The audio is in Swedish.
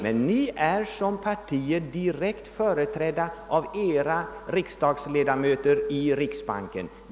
Ni är emellertid som partier direkt företrädda av era riksdagsledamöter i riksbanken.